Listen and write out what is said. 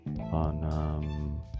on